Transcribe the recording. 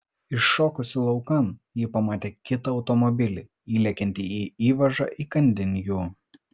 iššokusi laukan ji pamatė kitą automobilį įlekiantį į įvažą įkandin jų